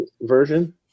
version